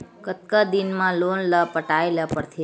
कतका दिन मा लोन ला पटाय ला पढ़ते?